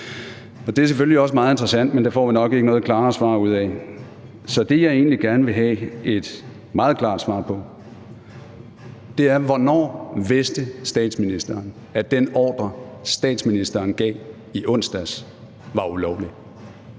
det er selvfølgelig også meget interessant, men det får vi nok ikke noget klarere svar ud af. Så det, jeg egentlig gerne vil have et meget klart svar på, er: Hvornår vidste statsministeren, at den ordre, statsministeren gav i onsdags, var ulovlig?